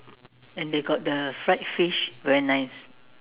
and they got the fried fish very nice